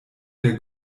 der